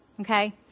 Okay